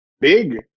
big